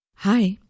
Hi